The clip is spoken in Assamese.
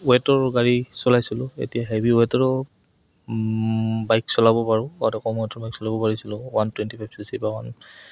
ৱেটৰ গাড়ী চলাইছিলোঁ এতিয়া হেভি ৱেটৰো বাইক চলাব পাৰোঁ আগতে কম ৱেটৰ বাইক চলাব পিৰিছিলোঁ one twenty five C C বা ওৱান